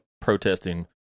protesting